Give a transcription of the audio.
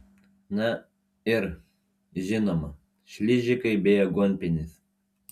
na ir žinoma šližikai bei aguonpienis